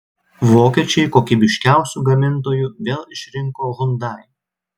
vokiečiai kokybiškiausiu gamintoju vėl išrinko hyundai